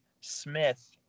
Smith